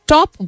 Top